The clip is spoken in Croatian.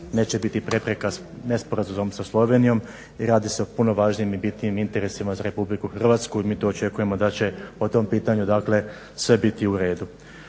neće biti prepreka, nesporazuma sa Slovenijom jer radi se o puno važnijim i bitnijim interesima za RH i mi to očekujemo da će po tom pitanju sve biti uredu.